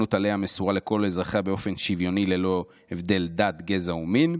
והריבונות עליה מסורה לכל אזרחיה באופן שוויוני ללא הבדל גזע ומין.